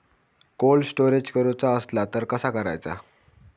Cold storage करूचा असला तर कसा करायचा?